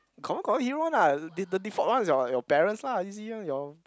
confirm got one hero one lah the the default one is your your parents lah easy one your